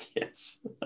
Yes